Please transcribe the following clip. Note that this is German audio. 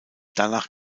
danach